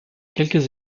quelques